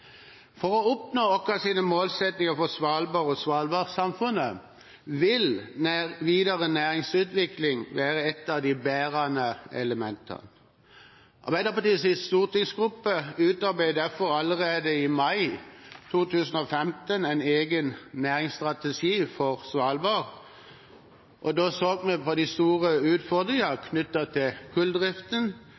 For å oppnå våre målsettinger for Svalbard og Svalbard-samfunnet vil videre næringsutvikling være et av de bærende elementene. Arbeiderpartiets stortingsgruppe utarbeidet derfor allerede i mai 2015 en egen næringsstrategi for Svalbard, og da så vi på de store utfordringene knyttet til kulldriften